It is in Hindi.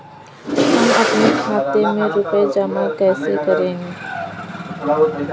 हम अपने खाते में रुपए जमा कैसे करें?